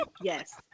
yes